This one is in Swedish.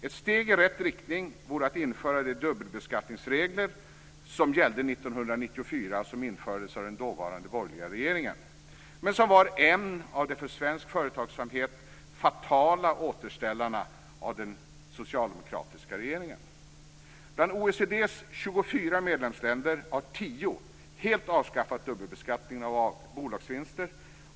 Ett steg i rätt riktning vore att införa de dubbelbeskattningsregler som gällde 1994 och som infördes av den dåvarande borgerliga regeringen men som var en av de för svensk företagsamhet fatala återställarna av den socialdemokratiska regeringen. Bland OECD:s 24 medlemsländer har 10 helt avskaffat dubbelbeskattningen av bolagsvinster.